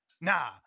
Nah